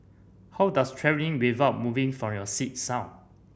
how does travelling without moving from your seat sound